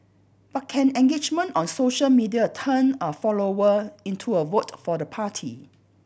but can engagement on social media turn a follower into a vote for the party